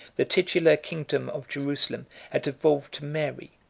the titular kingdom of jerusalem had devolved to mary,